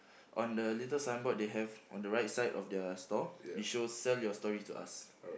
on the little signboard they have on the right side of their store it shows sell your stories to us